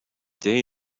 day